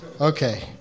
Okay